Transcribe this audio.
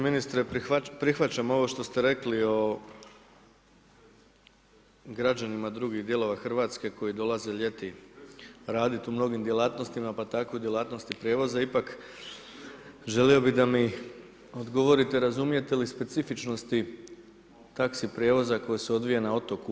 Ministre, prihvaćam ovo što ste rekli o građanima drugih dijelova Hrvatske koji dolaze ljeti raditi u mnogim djelatnostima pa tako i djelatnosti prijevoza, ipak želio bi da mi odgovorite, razumijete li specifičnosti taxi prijevoza koja se odvija na otoku?